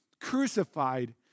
crucified